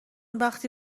وقتی